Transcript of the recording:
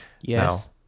yes